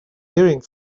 hearing